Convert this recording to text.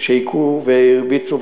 שהכו והרביצו,